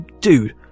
Dude